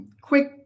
quick